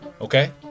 Okay